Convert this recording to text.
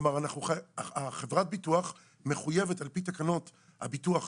כלומר, חברת הביטוח מחויבת על פי תקנות הביטוח